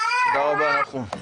תודה רבה, נחום.